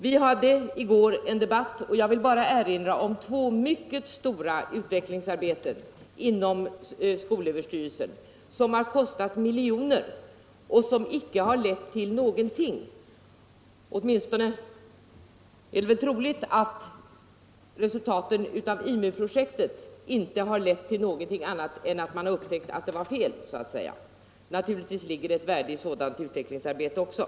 Vi hade i går en skoldebatt, och jag vill bara erinra om två mycket stora utvecklingsarbeten inom skolöverstyrelsen som har kostat miljoner och som icke har lett till någonting. Det första är IMU-projektet. Åtminstone är det väl troligt att resultaten av detta projekt inte har inneburit någonting annat än att man upptäckt att det var fel så att säga. Naturligtvis ligger det ett värde i sådant utvecklingsarbete också.